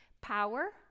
power